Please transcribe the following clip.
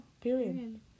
Period